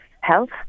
health